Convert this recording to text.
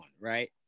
right